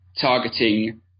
targeting